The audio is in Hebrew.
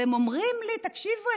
והם אומרים לי: תקשיבו,